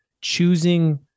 choosing